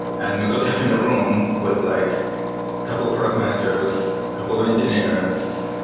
and we got in a room with like a couple of product managers, a couple of engineers,